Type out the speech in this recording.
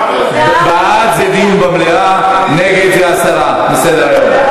בעד זה דיון במליאה, נגד זה הסרה מסדר-היום.